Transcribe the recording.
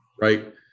right